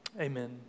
amen